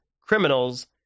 criminals